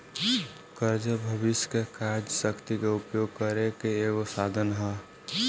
कर्जा भविष्य के कार्य शक्ति के उपयोग करे के एगो साधन ह